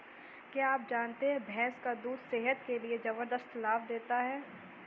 क्या आप जानते है भैंस का दूध सेहत के लिए जबरदस्त लाभ देता है?